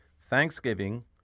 Thanksgiving